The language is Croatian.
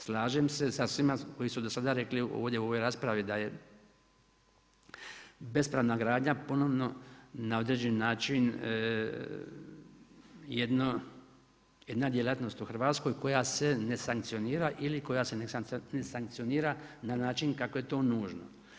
Slažem se sa svima koji su do sada rekli ovdje u ovoj raspravi da je bespravna gradnja ponovno na određeni način jedna djelatnost u Hrvatskoj kada je ne sankcionira ili koja se ne sankcionira na način kako je to nužno.